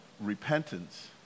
repentance